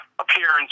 appearance